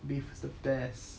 beef is the best